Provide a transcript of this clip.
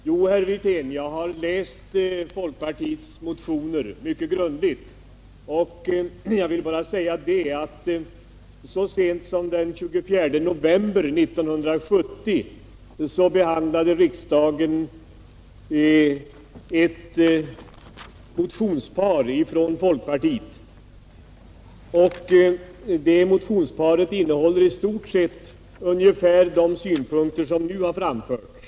Jag har, herr Wirtén, läst folkpartiets motioner mycket grundligt, och jag vill bara erinra om att så sent som den 24 november 1970 behandlade riksdagen ett motionspar från folkpartiet som innehåller i stort sätt de synpunkter som nu har framförts.